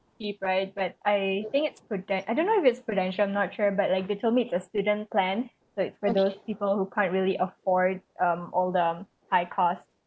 cheap right but I think it's pruden~ I don't know if it's Prudential not sure but like told me it's a student plan so it's for those people who can't really afford um all the high costs